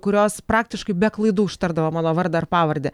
kurios praktiškai be klaidų ištardavo mano vardą ir pavardę